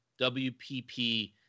WPP